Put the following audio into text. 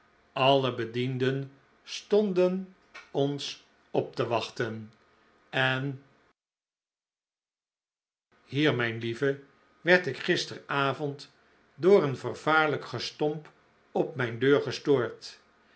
alle bedienden stonden ons op te wachten en hier mijn lieve werd ik gisterenavond door een vervaarlijk gestomp op mijn deur gestoord